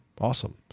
awesome